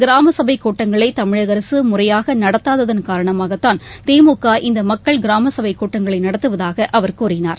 கிராம சபை கூட்டங்களை தமிழக அரசு முறையாக நடத்தாதன் காரணமாகத்தான் திமுக இந்த மக்கள் கிராம சபை கூட்டங்களை நடத்துவதாக அவர் கூறினார்